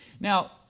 Now